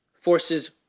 forces